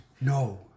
No